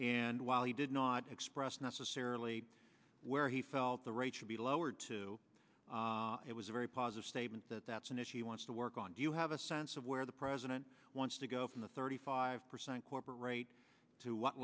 and while he did not express necessarily where he felt the rate should be lowered to it was a very positive statement that that's an issue you want to work on do you have a sense of where the president wants to go from the thirty five percent corporate rate to what